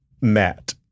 Matt